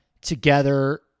together